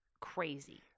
crazy